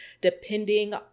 depending